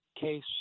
case